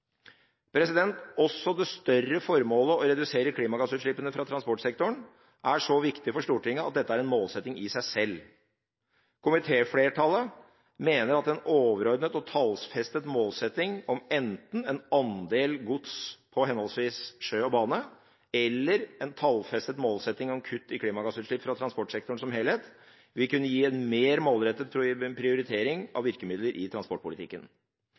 Også det større formålet om å redusere klimagassutslippene fra transportsektoren er så viktig for Stortinget at det er en målsetting i seg selv. Komitéflertallet mener at en overordnet og tallfestet målsetting om enten en andel gods på henholdsvis sjø og bane eller en tallfestet målsetting om kutt i klimagassutslipp fra transportsektoren som helhet vil kunne gi en mer målrettet prioritering av virkemidler i transportpolitikken.